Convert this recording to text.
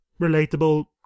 relatable